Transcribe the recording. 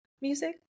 music